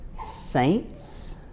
Saints